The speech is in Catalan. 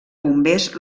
bombers